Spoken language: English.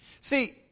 See